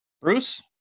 bruce